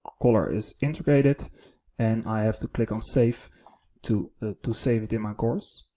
color is integrated and i have to click on save to ah to save it in my course,